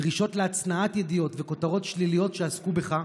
דרישות להצנעת ידיעות וכותרות שליליות שעסקו בך,